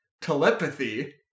telepathy